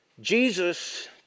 Jesus